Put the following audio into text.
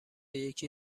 یکی